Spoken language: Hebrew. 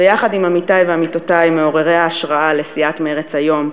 ביחד עם עמיתי ועמיתותי מעוררי ההשראה לסיעת מרצ היום,